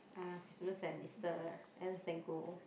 uh Christmas and Easter